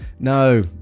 No